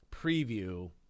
preview